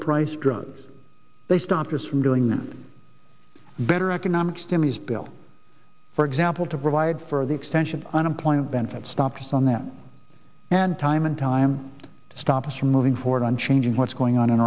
priced drugs they stopped us from doing that better economic stimulus bill for example to provide for the extension of unemployment benefits stops on them and time and time to stop us from moving forward on changing what's going on in